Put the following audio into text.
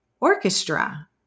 orchestra